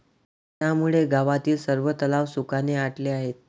उन्हामुळे गावातील सर्व तलाव सुखाने आटले आहेत